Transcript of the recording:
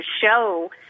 show